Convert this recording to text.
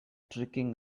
tricking